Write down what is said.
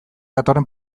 datorren